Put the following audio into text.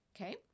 okay